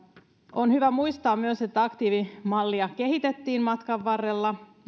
on hyvä muistaa myös että aktiivimallia kehitettiin matkan varrella